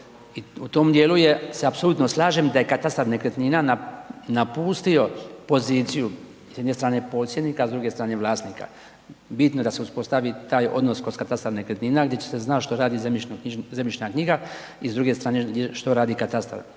u tom dijelu se apsolutno slažem da je katastar nekretnina napustio poziciju, s jedne strane posjednika, a s druge strane vlasnika. Bitno je da se uspostavi taj odnos kroz katastar nekretnina gdje će se znat što radi zemljišna knjiga i s druge strane što radi katastar.